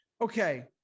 okay